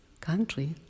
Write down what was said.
country